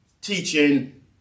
teaching